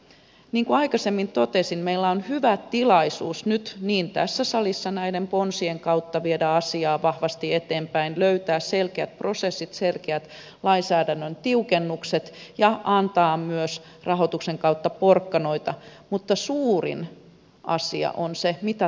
niin kuin aikaisemmin totesin meillä on hyvä tilaisuus nyt tässä salissa näiden ponsien kautta viedä asiaa vahvasti eteenpäin löytää selkeät prosessit selkeät lainsäädännön tiukennukset ja antaa myös rahoituksen kautta porkkanoita mutta suurin asia on se mitä tapahtuu kunnissa